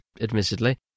admittedly